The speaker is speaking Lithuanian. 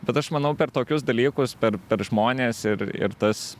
bet aš manau per tokius dalykus per per žmones ir ir tas